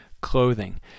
clothing